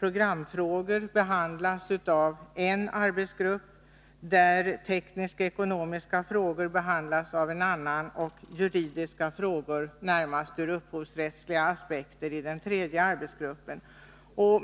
Programfrågor behandlas av en arbetsgrupp, tekniska och ekonomiska frågor behandlas i en annan och juridiska frågor, närmast ur upphovsrättsliga aspekter, i den tredje arbetsgruppen.